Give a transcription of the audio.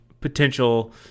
potential